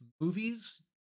movies